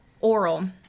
oral